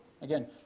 Again